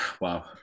Wow